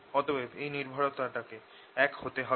অতএব এই নির্ভরতাকে এক হতে হবে